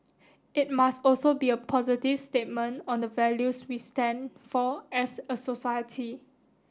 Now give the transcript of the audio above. it must also be a positive statement on the values we stand for as a society